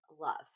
love